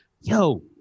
Yo